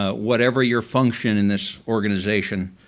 ah whatever your function in this organization,